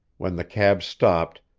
when the cab stopped,